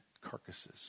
carcasses